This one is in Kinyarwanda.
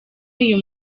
uyu